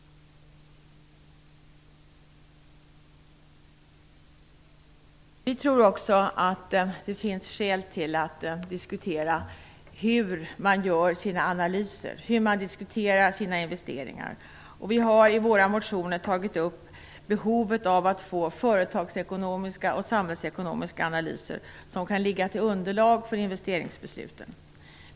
Vi tror också att det finns skäl att diskutera hur man gör sina analyser, hur man diskuterar sina investeringar. Vi har i våra motioner tagit upp behovet av att få företagsekonomiska och samhällsekonomiska analyser som kan ligga till grund för investeringsbesluten.